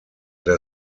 der